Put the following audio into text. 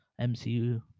mcu